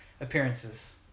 appearances